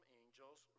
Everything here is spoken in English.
angels